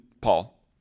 Paul